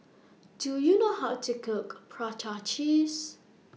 Do YOU know How to Cook Prata Cheese